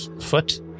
foot